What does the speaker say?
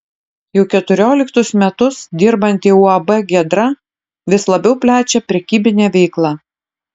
jau keturioliktus metus dirbanti uab giedra vis labiau plečia prekybinę veiklą